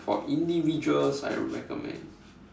for individuals I'd recommend